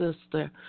sister